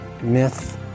myth